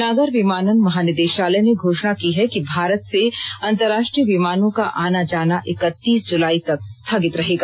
नागर विमानन महानिदेशालय ने घोषणा की है कि भारत से अंतर्राष्ट्रीय विमानों का आना जाना इकतीस जुलाई तक स्थगित रहेगा